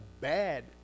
bad